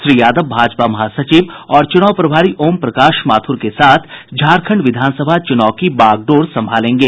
श्री यादव भाजपा महासचिव और चुनाव प्रभारी ओम प्रकाश माथुर के साथ झारखंड विधानसभा चुनाव की बागडोर संभालेंगे